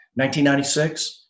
1996